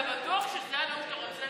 אתה בטוח שזה הנאום שאתה רוצה,